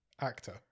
actor